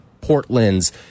Portland's